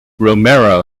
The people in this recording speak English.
romero